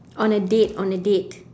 on a date on a date